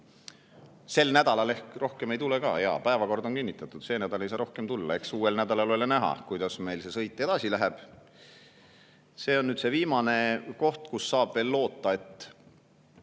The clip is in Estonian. Sel nädalal ehk rohkem ei tule ka. Jaa, päevakord on kinnitatud, see nädal ei saa rohkem tulla. Eks uuel nädalal ole näha, kuidas meil see sõit edasi läheb. See on nüüd see viimane koht, kus saab veel loota, et